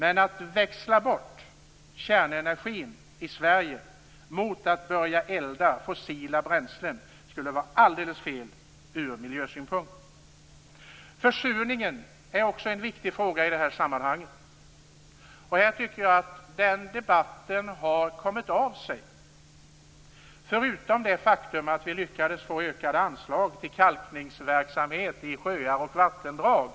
Men att växla bort kärnenergin i Sverige mot att börja elda fossila bränslen skulle vara alldeles fel ur miljösynpunkt. Försurningen är också en viktiga fråga i detta sammanhang. Jag tycker att den debatten har kommit av sig, bortsett från det faktum att vi lyckades få ökade anslag till kalkningsverksamhet i sjöar och vattendrag.